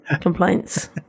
complaints